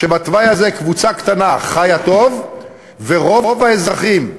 ובתוואי הזה קבוצה קטנה חיה טוב ורוב האזרחים,